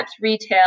retail